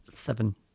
Seven